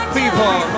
people